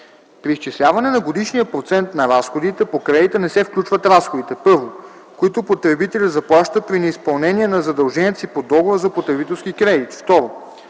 При изчисляване на годишния процент на разходите по кредита не се включват разходите: 1. които потребителят заплаща при неизпълнение на задълженията си по договора за потребителски кредит;